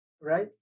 right